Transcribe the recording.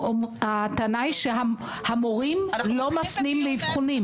הטענה היא שהמורים לא מפנים לאבחונים.